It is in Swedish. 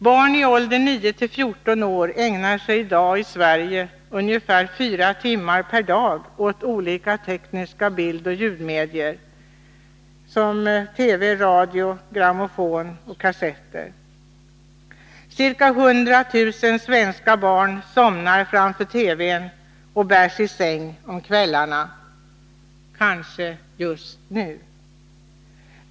Barn ii åldern 9—14 år i Sverige ägnar sig i dag under ungefär fyra timmar per dag åt olika tekniska bildoch ljudmedier, som TV, radio, grammofon och kassetter. Ca 100 000 svenska barn somnar framför TV:n och bärs i säng om kvällarna — kanske just nu.